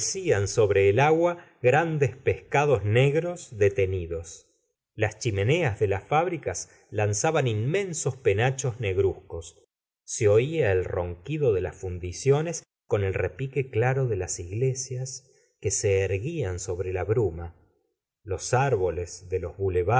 sobre el agua grandes pescados ne gros detenidos las chimeneas de hts fábricas lanzaban inmensos penachos negruzcos se oía el ronquido de las fundiciones con el repique claro de las iglesias que se erguían sobre la bruma los árboles de los